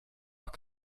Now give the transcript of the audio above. doch